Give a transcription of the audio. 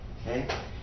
okay